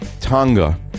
Tonga